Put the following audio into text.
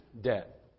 Debt